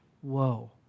whoa